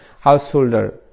householder